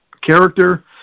character